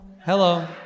Hello